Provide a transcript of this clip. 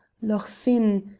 lochfinne!